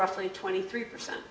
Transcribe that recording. roughly twenty three percent